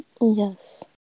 Yes